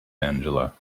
angela